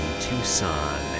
Tucson